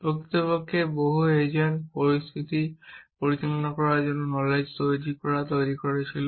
প্রকৃতপক্ষে বহু এজেন্ট পরিস্থিতি পরিচালনা করার জন্য নলেজ লজিক তৈরি করা হয়েছিল